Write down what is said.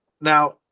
now